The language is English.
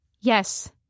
Yes